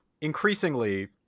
increasingly